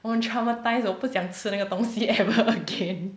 我很 traumatised 了我不想吃那个东西 ever again